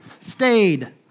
Stayed